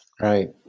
Right